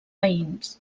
veïns